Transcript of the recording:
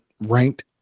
ranked